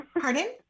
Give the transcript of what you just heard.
Pardon